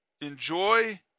enjoy